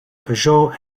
peugeot